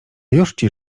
jużci